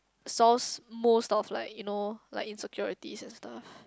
south most of like you know like insecurities and stuff